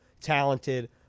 talented